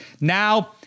Now